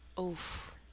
Oof